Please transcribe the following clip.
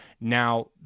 Now